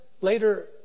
later